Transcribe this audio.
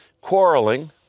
quarreling